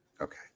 okay